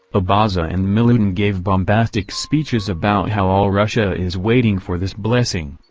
abaza and milyutin gave bombastic speeches about how all russia is waiting for this blessing.